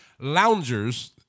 loungers